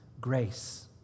grace